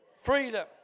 freedom